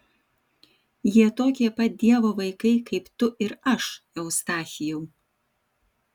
jie tokie pat dievo vaikai kaip tu ir aš eustachijau